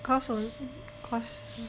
cause 我们 cause